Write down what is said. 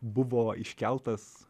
buvo iškeltas